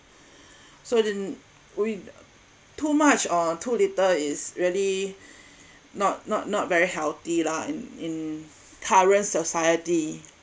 so din~ with too much or too little is really not not not very healthy lah in in current society